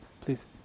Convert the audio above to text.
Please